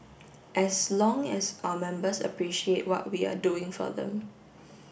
as long as our members appreciate what we are doing for them